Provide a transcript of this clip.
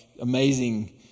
amazing